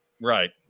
Right